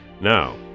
Now